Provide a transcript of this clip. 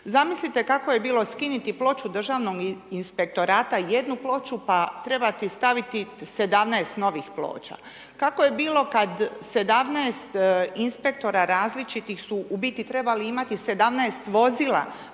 Zamislite kako je bilo skinuti ploču Državnom inspektorata, jednu ploču, pa trebate staviti 17 novih ploča. Kako je bilo kada 17 inspektora različiti su u biti trebali imati 17 vozila